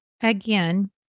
again